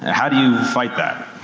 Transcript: and how do you fight that,